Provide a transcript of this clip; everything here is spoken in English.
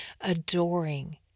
adoring